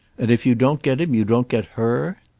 and if you don't get him you don't get her?